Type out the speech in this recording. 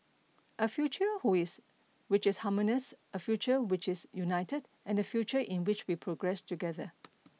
a future who is which is harmonious a future which is united and a future in which we progress together